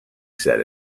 said